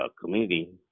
community